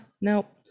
nope